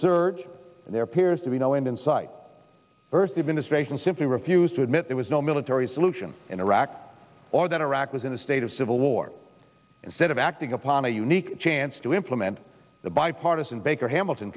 surge there appears to be no end in sight first of ministration simply refused to admit there was no military solution in iraq or that iraq was in a state of civil war instead of acting upon a unique chance to implement the bipartisan baker hamilton